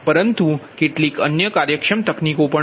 પરંતુ કેટલીક અન્ય કાર્યક્ષમ તકનીકો પણ છે